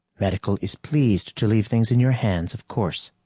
medical is pleased to leave things in your hands, of course.